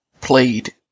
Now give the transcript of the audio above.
played